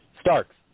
Starks